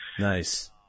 nice